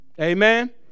Amen